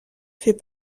fait